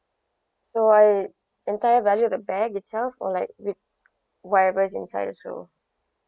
for like entire value of the bag itself or like with whatever is inside also